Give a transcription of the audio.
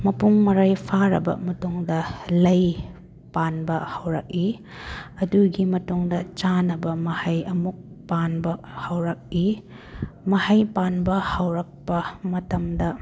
ꯃꯄꯨꯡ ꯃꯔꯩ ꯐꯥꯔꯕ ꯃꯇꯨꯡꯗ ꯂꯩ ꯄꯥꯟꯕ ꯍꯧꯔꯛꯏ ꯑꯗꯨꯒꯤ ꯃꯇꯨꯡꯗ ꯆꯥꯅꯕ ꯃꯍꯩ ꯑꯃꯨꯛ ꯄꯥꯟꯕ ꯍꯧꯔꯛꯏ ꯃꯍꯩ ꯄꯥꯟꯕ ꯍꯧꯔꯛꯄ ꯃꯇꯝꯗ